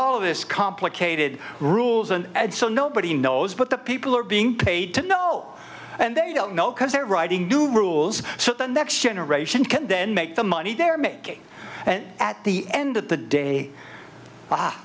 all of this complicated rules and add so nobody knows but the people are being paid to know and they don't know because they're writing new rules so the next generation can then make the money they're making and at the end of the day w